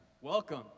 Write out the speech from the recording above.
welcome